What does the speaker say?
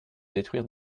détruire